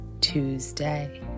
Tuesday